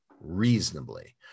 reasonably